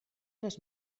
les